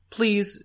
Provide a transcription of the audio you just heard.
Please